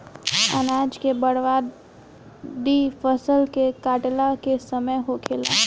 अनाज के बर्बादी फसल के काटला के समय होखेला